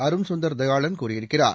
அருண்கந்தர் தயாளன் கூறியிருக்கிறார்